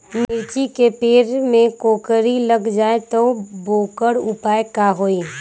मिर्ची के पेड़ में कोकरी लग जाये त वोकर उपाय का होई?